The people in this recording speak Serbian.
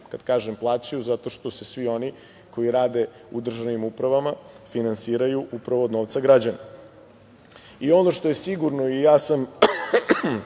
Kada kažem plaćaju, zato što se svi oni koji rade u državnim upravama finansiraju, upravo od novca građana. Ono što je sigurno i ja sam